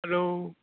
hello